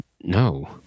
No